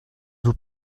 vous